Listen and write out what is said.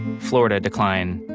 florida, decline.